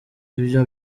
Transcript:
ibyo